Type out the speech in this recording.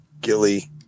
Gilly